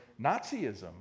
Nazism